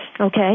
Okay